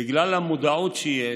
בגלל המודעות שיש,